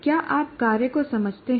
क्या आप कार्य को समझते हैं